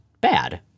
bad